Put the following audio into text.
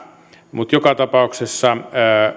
mutta joka tapauksessa